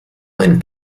ein